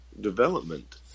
development